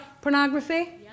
pornography